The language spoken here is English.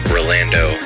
Rolando